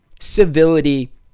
civility